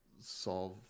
solve